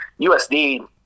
USD